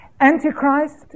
Antichrist